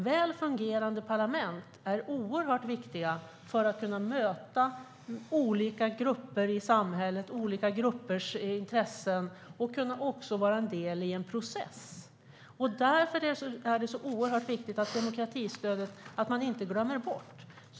Väl fungerande parlament är oerhört viktiga för att kunna möta olika grupper i samhället och olika gruppers intressen och vara en del i en process. Därför är det oerhört viktigt att demokratistödet inte glöms bort.